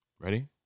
ready